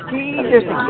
Jesus